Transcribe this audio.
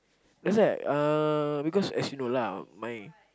that's why uh because as you know lah my